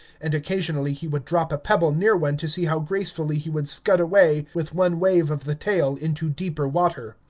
and occasionally he would drop a pebble near one to see how gracefully he would scud away with one wave of the tail into deeper water.